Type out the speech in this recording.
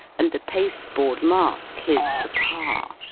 and the paste-board mask his papa.